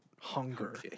hunger